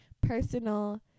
personal